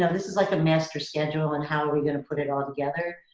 this is like a master schedule and how are we gonna put it all together,